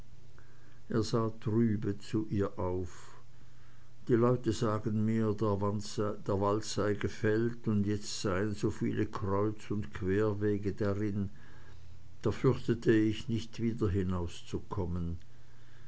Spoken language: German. trübe zu ihr auf die leute sagten mir der wald sei gefällt und jetzt seien so viele kreuz und querwege darin da fürchtete ich nicht wieder